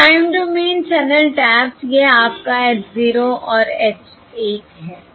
जो time domain channel taps यह आपका h 0 और h 1 है